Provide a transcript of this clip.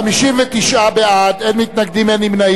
59 בעד, אין מתנגדים, אין נמנעים.